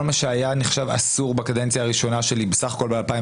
כל מה שהיה נחשב אסור בקדנציה הראשונה שלי בסך הכול ב-2019